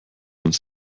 uns